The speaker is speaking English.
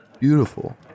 beautiful